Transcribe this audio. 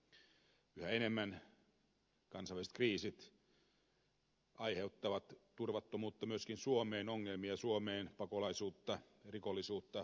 yhä enemmän kansainväliset kriisit aiheuttavat turvattomuutta myöskin suomeen ongelmia suomeen pakolaisuutta rikollisuutta terrorismia ja niin edelleen